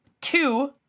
Two